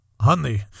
honey